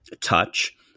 touch